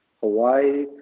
Hawaii